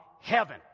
heaven